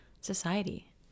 Society